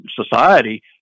society